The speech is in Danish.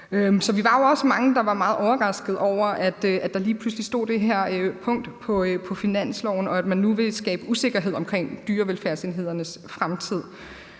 Så vi var jo også mange, der var meget overraskede over, at der lige pludselig stod det her punkt på finansloven, og at man nu vil skabe usikkerhed omkring dyrevelfærdsenhedernes fremtid.